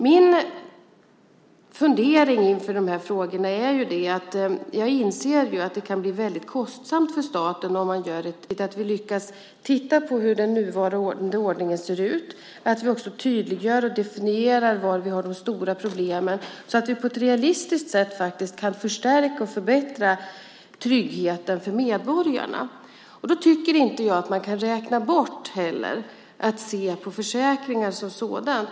Jag inser att det kan bli kostsamt för staten om man skapar ett brett system. Därför är det otroligt viktigt att vi lyckas titta på den nuvarande ordningen och tydliggöra och definiera var vi har de stora problemen, så att vi på ett realistiskt sätt kan förstärka och förbättra tryggheten för medborgarna. Jag tycker också att man måste se på försäkringarna som sådana.